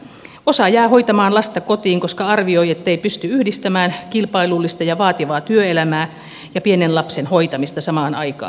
osa jää hoitamaan lasta kotiin koska arvioi ettei pysty yhdistämään kilpailullista ja vaativaa työelämää ja pienen lapsen hoitamista samaan aikaan